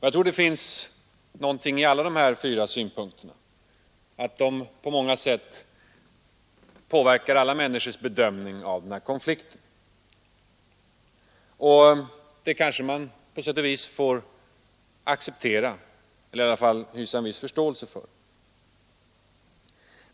Jag tror att det ligger någonting i alla de här fyra synpunkterna och att de på många sätt påverkar människornas bedömning av konflikten. Det kanske man på sätt och vis får acceptera eller i varje fall hysa en viss förståelse för.